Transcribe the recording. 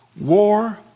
war